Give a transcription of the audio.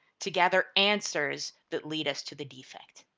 to gather answers that lead us to the defect.